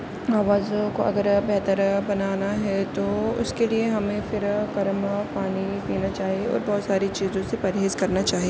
آواز کو اگر بہتر بنانا ہے تو اس کے لیے ہمیں پھر گرم پانی پینا چاہیے اور بہت ساری چیزوں سے پرہیز کرنا چاہیے